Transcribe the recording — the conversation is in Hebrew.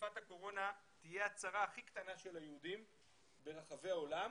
- מגיפת הקורונה תהיה הצרה הכי קטנה של היהודים ברחבי העולם